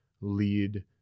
lead